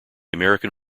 american